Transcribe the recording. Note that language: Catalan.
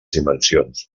dimensions